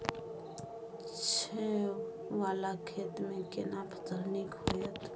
छै ॉंव वाला खेत में केना फसल नीक होयत?